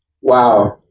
Wow